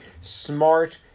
smart